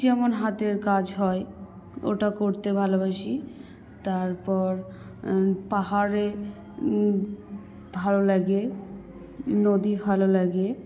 যেমন হাতের কাজ হয় ওটা করতে ভালোবাসি তারপর পাহাড়ে ভালো লাগে নদী ভালো লাগে